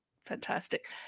fantastic